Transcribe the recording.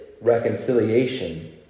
reconciliation